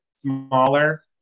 smaller